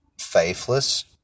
faithless